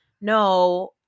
no